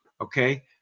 Okay